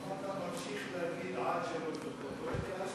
למה אתה ממשיך להגיד "עד שלוש דקות",